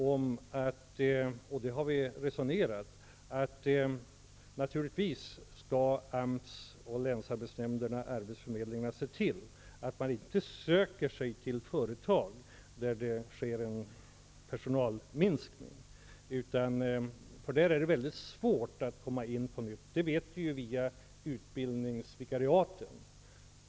Vi har också resonerat om att AMS, länsarbetsnämnderna och arbetsförmedlingarna skall se till att ungdomarna inte söker sig till företag där det sker en personalminskning, eftersom det där är mycket svårt att komma in på nytt. Det har vi blivit medvetna om via utbildningsvikariaten.